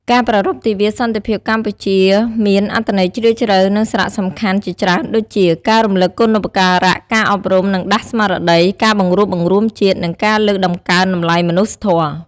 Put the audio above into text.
ការប្រារព្ធទិវាសន្តិភាពកម្ពុជាមានអត្ថន័យជ្រាលជ្រៅ និងសារៈសំខាន់ជាច្រើនដូចជា ការរំលឹកគុណូបការ ការអប់រំ និងដាស់ស្មារតី ការបង្រួបបង្រួមជាតិ និងការលើកតម្កើងតម្លៃមនុស្សធម៌។